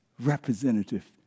representative